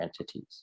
entities